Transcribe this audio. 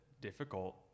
difficult